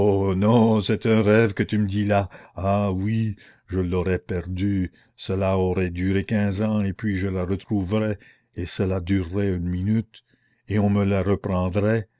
non c'est un rêve que tu me dis là ah oui je l'aurais perdue cela aurait duré quinze ans et puis je la retrouverais et cela durerait une minute et on me la reprendrait